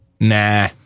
nah